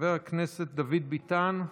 חבר הכנסת דוד ביטן,